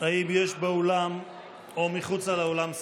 האם יש באולם או מחוצה לאולם,